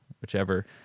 whichever